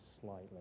slightly